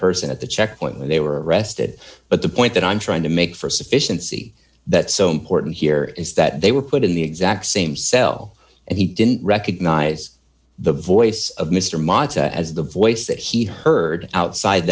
person at the checkpoint where they were arrested but the point that i'm trying to make for sufficiency that so important here is that they were put in the exact same cell and he didn't recognize the voice of mr moggs as the voice that he heard outside